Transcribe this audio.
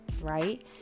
Right